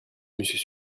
monsieur